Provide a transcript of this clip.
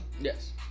Yes